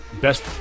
best